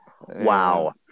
wow